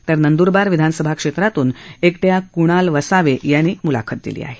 तर नंद्रबार विधानसभा क्षेत्रातून एकट्या क्णाल वसावे यांनी म्लाखत दिली आहे